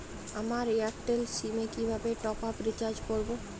আমার Airtel sim এ কিভাবে টপ আপ রিচার্জ করবো?